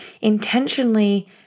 intentionally